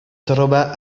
troba